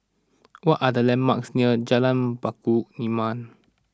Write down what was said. what are the landmarks near Jalan Batu Nilam